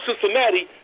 Cincinnati